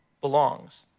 belongs